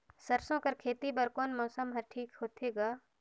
सरसो कर खेती बर कोन मौसम हर ठीक होथे ग?